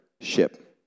ship